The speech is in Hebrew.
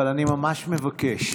אבל אני ממש מבקש,